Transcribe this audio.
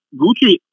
Gucci